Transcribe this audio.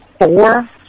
four